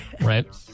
Right